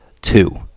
Two